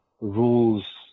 rules